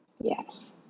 Yes